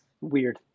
Weird